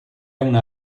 una